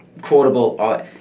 Quotable